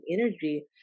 energy